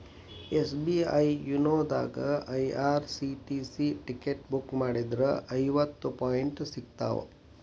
SBI YONO ದಾಗಾ IRCTC ticket book ಮಾಡಿದ್ರ ಐವತ್ತು ಪಾಯಿಂಟ್ ಸಿಗ್ತಾವ